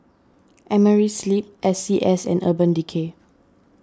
Amerisleep S C S and Urban Decay